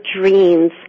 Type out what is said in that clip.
dreams